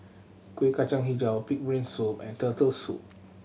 Kueh Kacang Hijau pig brain soup and Turtle Soup